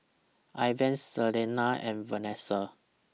Ivah Selena and Venessa